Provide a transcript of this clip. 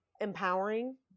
empowering